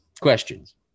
questions